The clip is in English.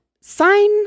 sign